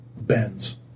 bends